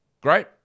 Great